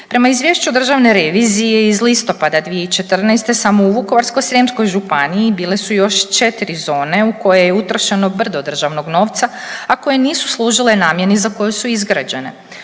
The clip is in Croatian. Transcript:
Prema izvješću Državne revizije iz listopada 2014. samo u Vukovarsko-srijemskoj županiji bile su još 4 zone u koje je utrošeno brdo državnog novca, a koje nisu služile namjeni za koju su izgrađene.